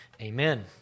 Amen